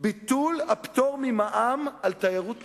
ביטול הפטור ממע"מ על תיירות נכנסת.